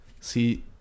See